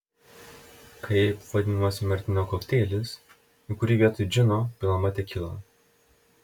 kaip vadinamas martinio kokteilis į kurį vietoj džino pilama tekila